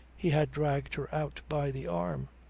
he had dragged her out by the arm.